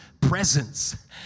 presence